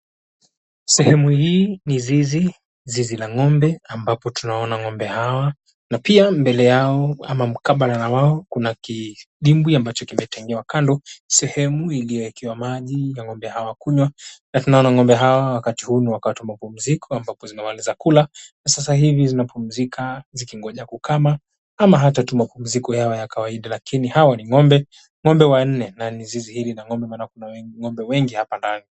Sehemu hii ni zizi, zizi la ng'ombe ambapo tunaona ng'ombe hawa. Na pia mbele yao ama mkabala na wao kuna kidimbwi ambacho kimetengewa kando, sehemu ingine ikiwa maji ya ng'ombe hawa kunywa. Na tunaona ng'ombe hawa wakati huu ni wakati wa mapumziko ambapo zimemaliza kula na sasa hivi zinapumzika zikingoja kukama ama hata tu mapumziko yao ya kawaida. Lakini hawa ni ng'ombe, ng'ombe wanne na ni zizi hili la ng'ombe maana kuna ng'ombe wengi hapa ndani.